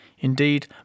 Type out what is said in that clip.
Indeed